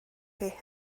chi